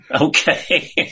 Okay